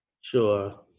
Sure